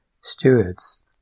Stewards